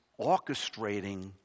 orchestrating